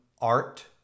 art